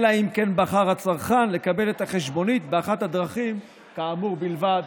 אלא אם כן בחר הצרכן לקבל את החשבונית באחת הדרכים כאמור בלבד,